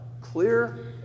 clear